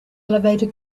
elevator